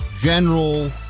general